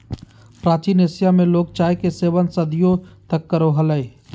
प्राचीन एशिया में लोग चाय के सेवन सदियों तक करो हलय